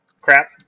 crap